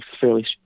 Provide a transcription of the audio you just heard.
fairly